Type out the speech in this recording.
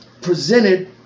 presented